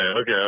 okay